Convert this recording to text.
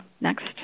next